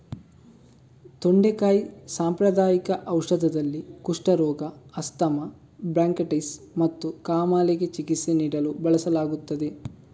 ತೊಂಡೆಕಾಯಿ ಸಾಂಪ್ರದಾಯಿಕ ಔಷಧದಲ್ಲಿ, ಕುಷ್ಠರೋಗ, ಆಸ್ತಮಾ, ಬ್ರಾಂಕೈಟಿಸ್ ಮತ್ತು ಕಾಮಾಲೆಗೆ ಚಿಕಿತ್ಸೆ ನೀಡಲು ಬಳಸಲಾಗುತ್ತದೆ